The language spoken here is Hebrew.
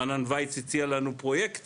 רענן וייץ הציע לנו פרויקטים.